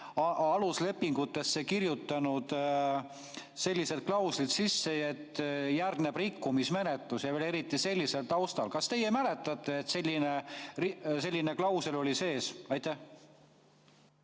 aluslepingutesse kirjutanud sellised klauslid sisse, et järgneb rikkumismenetlus ja veel eriti sellisel taustal. Kas teie mäletate, et selline klausel oli seal sees?